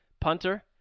punter